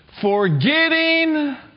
Forgetting